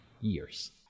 years